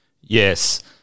Yes